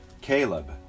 Caleb